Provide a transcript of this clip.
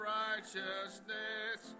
righteousness